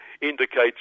indicates